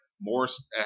Morris